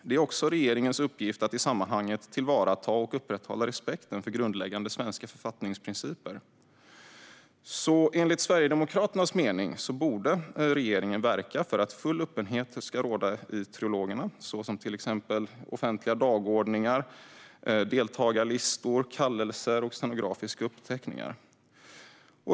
Det är också regeringens uppgift att i sammanhanget tillvarata och upprätthålla respekten för grundläggande svenska författningsprinciper. Enligt Sverigedemokraternas mening borde alltså regeringen verka för att full öppenhet ska råda i trilogerna, med till exempel offentliga dagordningar, deltagarlistor, kallelser och stenografiska uppteckningar.